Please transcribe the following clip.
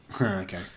Okay